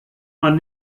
man